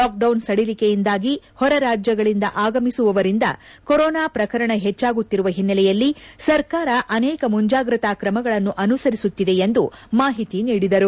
lockdown ಸಡಿಲಿಕೆಯಿಂದಾಗಿ ಹೊರರಾಜ್ಲಗಳಿಂದ ಆಗಮಿಸುವವರಿಂದ ಕೊರೊನಾ ಪ್ರಕರಣ ಹೆಚ್ಚಾಗುತ್ತಿರುವ ಹಿನ್ನಲೆಯಲ್ಲಿ ಸರ್ಕಾರ ಅನೇಕ ಮುಂಜಾಗ್ರತಾ ಕ್ರಮಗಳನ್ನು ಅನುಸರಿಸುತ್ತಿದೆ ಎಂದು ಮಾಹಿತಿ ನೀಡಿದರು